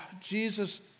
Jesus